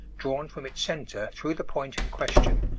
drawn from its centre through the point in question,